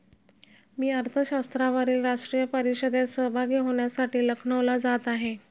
मी अर्थशास्त्रावरील राष्ट्रीय परिषदेत सहभागी होण्यासाठी लखनौला जात आहे